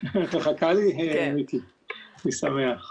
אין לי